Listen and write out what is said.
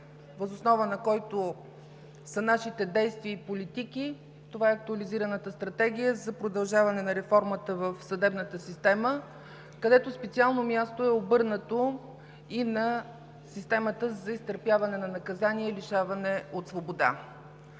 въз основа на който са нашите действия и политики, е Актуализираната стратегия за продължаване на реформата в съдебната система, където специално място е обърнато и на системата за изтърпяване на наказанието лишаване от свобода.